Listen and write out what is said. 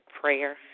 prayer